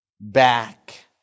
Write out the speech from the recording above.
back